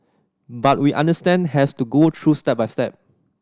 but we understand has to go through step by step